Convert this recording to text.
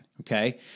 okay